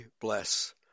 bless